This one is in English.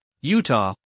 Utah